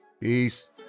Peace